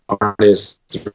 artists